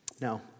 Now